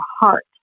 heart